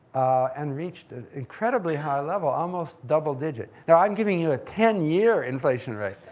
and reached an incredibly high level, almost double digits. now, i'm giving you a ten year inflation rate.